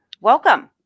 Welcome